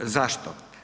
Zašto?